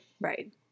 right